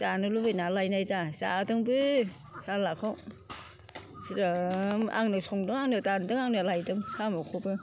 जानो लुबैनानै लायनाय दा जादोंबो सालाखौ ज्रोम आंनो संदों आंनो दानदों आंनो लायदों साम'खौबो